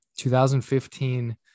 2015